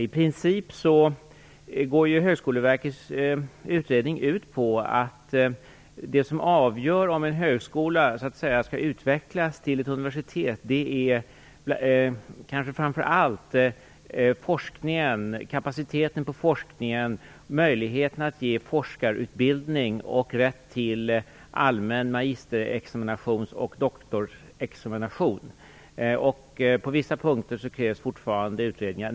I princip går Högskoleverkets utredning ut på att det som avgör om en högskola skall utvecklas till ett universitet är framför allt forskningen, kapaciteten på forskningen, möjligheterna att ge forskarutbildning och rätt till allmän examination och doktorsexamination. På vissa punkter krävs fortfarande utredningar.